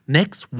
Next